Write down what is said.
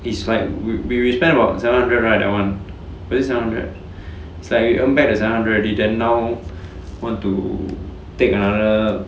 it's like we we spend about seven hundred right that [one] was it seven hundred it's like earn back the seven hundred already then now want to take another